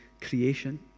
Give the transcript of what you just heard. creation